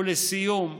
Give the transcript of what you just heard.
ולסיום,